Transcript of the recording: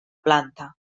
planta